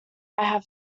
have